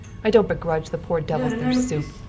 i don't begrudge the poor devils their soup.